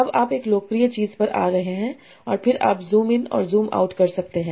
अब आप एक लोकप्रिय चीज़ पर जा रहे हैं और फिर आप ज़ूम इन और ज़ूम आउट कर सकते हैं